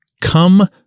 come